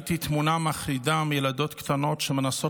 ראיתי תמונה מחרידה של ילדות קטנות שמנסות